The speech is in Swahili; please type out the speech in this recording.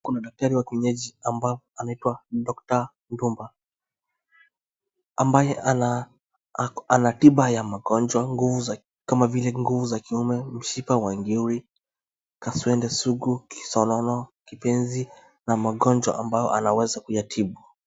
Kuna daktari wa kienyeji amaye anaitwa Dr.Mduba ambaye anatiba za magonjwa kama vile nguvu za kiume, mshipa wa ngiri, kaswende sugu, kisonono, kipenzi na magonjwa ambayo anaweza kuyatibu.